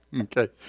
Okay